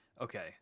Okay